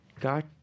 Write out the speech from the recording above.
God